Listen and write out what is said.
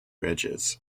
edges